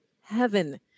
heaven